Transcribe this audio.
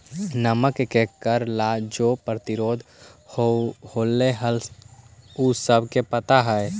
नमक के कर ला जो प्रतिरोध होलई हल उ सबके पता हई